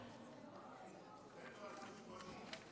תן לו על חשבוני.